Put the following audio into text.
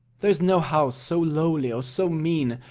there is no house so lowly or so mean,